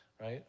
right